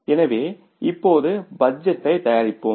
எனவே இப்போது பட்ஜெட்டைத் தயாரிப்போம்